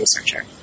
researcher